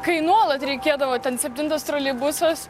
kai nuolat reikėdavo ten septintas troleibusas